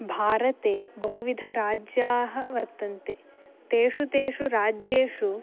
भारते बहुविधराज्यानि वर्तन्ते तेषु तेषु राज्येषु